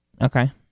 Okay